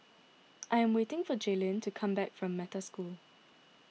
I am waiting for Jaylyn to come back from Metta School